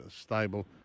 stable